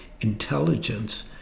intelligence